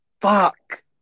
Fuck